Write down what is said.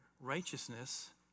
Righteousness